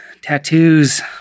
tattoos